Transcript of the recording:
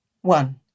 One